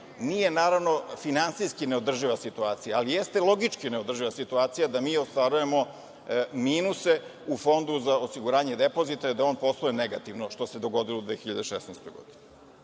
Nije, naravno, finansijski neodrživa situacija, ali jeste logički neodrživa situacija da mi ostvarujemo minuse u Fondu za osiguranje depozita, da on posluje negativno, što se dogodilo u 2016. godini. Dakle,